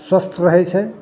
स्वस्थ रहय छै